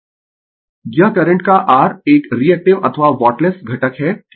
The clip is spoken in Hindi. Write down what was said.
Refer Slide Time 1900 यह करंट का r एक रीएक्टिव अथवा वाटलेस घटक है ठीक है